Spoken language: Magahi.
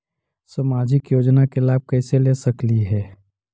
सामाजिक योजना के लाभ कैसे ले सकली हे?